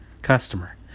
customer